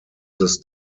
this